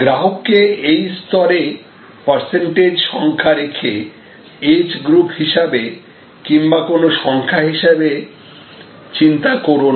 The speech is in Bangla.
গ্রাহককে এই স্তরে পার্সেন্টেজ সংখ্যা রূপে এজ গ্রুপ হিসাবে কিংবা কোন সংখ্যা হিসাবে চিন্তা করোনা